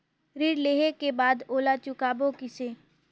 ऋण लेहें के बाद ओला चुकाबो किसे?